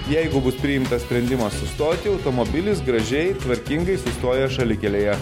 jeigu bus priimtas sprendimas sustoti automobilis gražiai tvarkingai sustoja šalikelėje